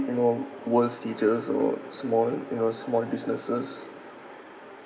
you know worst teachers or small you know small businesses